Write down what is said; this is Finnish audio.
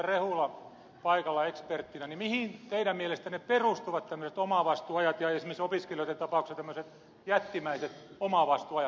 rehula paikalla eksperttinä niin mihin teidän mielestänne perustuvat tämmöiset omavastuuajat ja esimerkiksi opiskelijoiden tapauksessa tämmöiset jättimäiset omavastuuajat